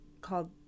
called